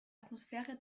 atmosphäre